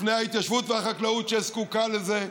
בפני ההתיישבות והחקלאות שזקוקה לזה,